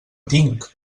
tinc